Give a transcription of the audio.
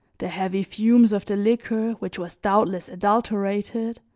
the heavy fumes of the liquor, which was doubtless adulterated,